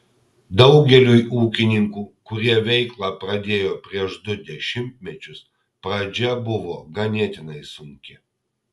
daugeliui ūkininkų kurie veiklą pradėjo prieš du dešimtmečius pradžia buvo ganėtinai sunki